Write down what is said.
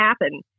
happen